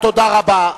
תודה רבה.